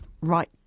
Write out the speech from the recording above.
right